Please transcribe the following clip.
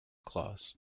claws